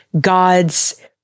God's